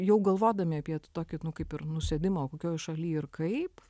jau galvodami apie tokį kaip ir nusėdimą kokioj šaly ir kaip